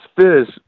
fish